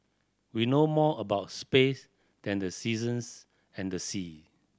we know more about space than the seasons and the sea